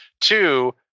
Two